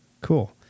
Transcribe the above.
cool